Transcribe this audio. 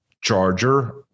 charger